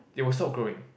it will stop growing